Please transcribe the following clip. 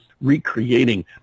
recreating